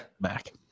Mac